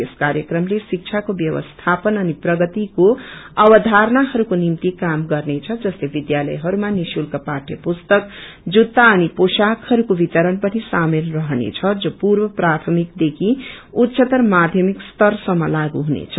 यस कायक्रमले शिक्षाको व्यवस्थापन अनि प्रगतिको अवधारणाहस्को निम्ति काम गर्नेछ जसले विध्यालयहरूमा निशुल्क पाठ य पुस्तक जुत्ता अनि पोशाकहस्को वितरण पनि शामेल रहनेछ जो पूर्व प्राथमिकदेखिा उच्चतर माध्यमिक स्तर सम्म लागू हुनेछ